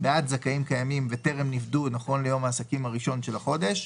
בעד זכאים קיימים וטרם נפדו נכון ליום העסקים הראשון של החודש,